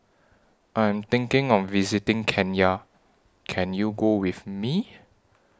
I Am thinking of visiting Kenya Can YOU Go with Me